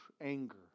anger